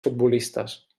futbolistes